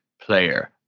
player